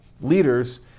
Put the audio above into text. leaders